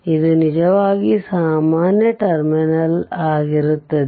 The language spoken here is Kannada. ಇದು ನಿಜವಾಗಿ ಸಾಮಾನ್ಯ ಟರ್ಮಿನಲ್ ಆಗಿರುತ್ತದೆ